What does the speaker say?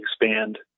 expand